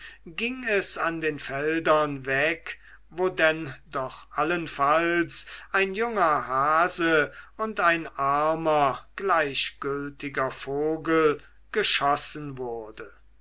ging es an den feldern weg wo denn doch allenfalls ein junger hase und ein armer gleichgültiger vogel geschossen wurde